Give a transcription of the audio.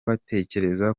batekereza